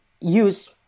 use